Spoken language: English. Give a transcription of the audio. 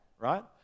right